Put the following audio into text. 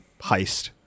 heist